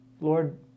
Lord